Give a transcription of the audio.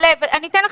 אני אתן דוגמה,